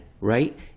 right